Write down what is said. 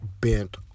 bent